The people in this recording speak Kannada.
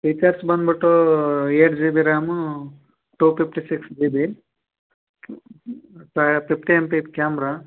ಪೀಚರ್ಸ್ ಬಂದ್ಬಿಟ್ಟು eight G B RAM two fifty six G B fifty M P camera